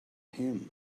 him